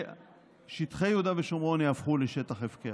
ושטחי יהודה ושומרון יהפכו לשטח הפקר.